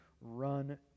run